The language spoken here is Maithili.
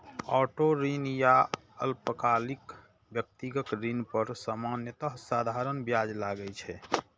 ऑटो ऋण या अल्पकालिक व्यक्तिगत ऋण पर सामान्यतः साधारण ब्याज लागै छै